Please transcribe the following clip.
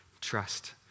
trust